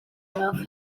mewn